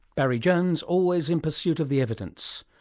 barry jones always in pursuit of the evidence.